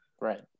Right